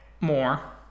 more